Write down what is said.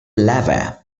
lava